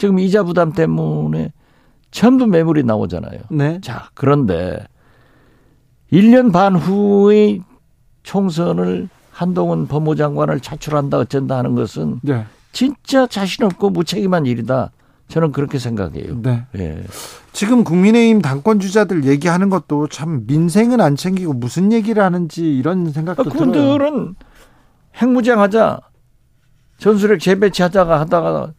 지금 이자 부담 때문에 전부 매물이 나오잖아요. 네. 자, 그런데 일 년 반 후의 총선을 한동훈 법무장관을 차출한다, 어쩐다 하는 것은 네. 진짜 자신 없고 무책임한 일이다. 저는 그렇게 생각해요. 네. 예. 지금 국민의힘 당권주자들 얘기하는 것도 참 민생은 안 챙기고 무슨 얘기를 하는지 이런 생각도 아, 그분들은 들어요. 핵무장하자, 전술핵 재배치하자가 하다가